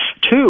Two